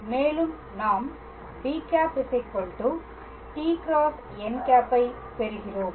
மேலும் நாம் b̂ t × n ஐப் பெறுகிறோம்